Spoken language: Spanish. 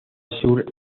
sur